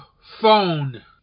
Phone